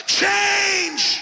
change